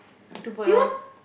two point O